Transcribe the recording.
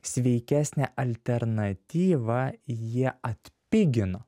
sveikesnę alternatyvą jie atpigino